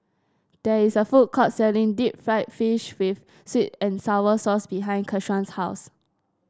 there is a food court selling Deep Fried Fish with sweet and sour sauce behind Keshawn's house